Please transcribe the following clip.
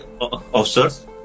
officers